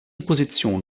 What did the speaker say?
position